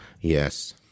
Yes